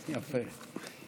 יפה.